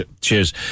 Cheers